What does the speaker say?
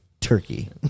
turkey